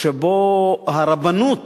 שבו הרבנות